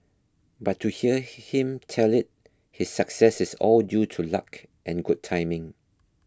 but to hear him tell it his success is all due to luck and good timing